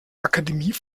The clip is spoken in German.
akademie